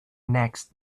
next